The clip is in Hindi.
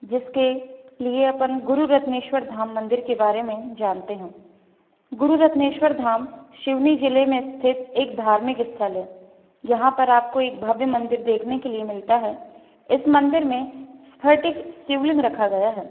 जिसके लिए अपन गुरु रत्नेश्वर धाम मंदिर के बारे में जानते हैं गुरु रत्नेश्वर धाम सिवनी ज़िले में स्थित एक धार्मिक स्थल है यहाँ पर आपको एक भव्य मंदिर देखने के लिए मिलता है इस मंदिर में स्फटिक शिवलिंग रखा गया है